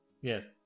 Yes